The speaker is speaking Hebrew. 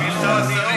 הוא שר השרים.